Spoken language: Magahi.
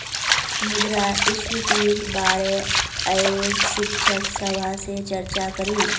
मुद्रास्फीतिर बारे अयेज शिक्षक सभा से चर्चा करिल